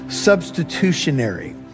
substitutionary